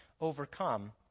overcome